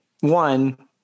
one